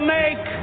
make